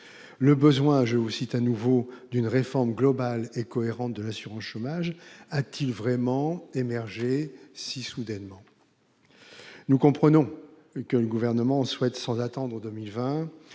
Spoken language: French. Le besoin »- je vous cite à nouveau -« d'une réforme globale et cohérente de l'assurance chômage » a-t-il vraiment émergé si soudainement ? Nous comprenons que le Gouvernement souhaite, sans attendre 2020,